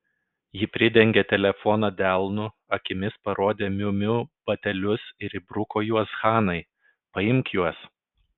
ji pridengė telefoną delnu akimis parodė miu miu batelius ir įbruko juos hanai paimk juos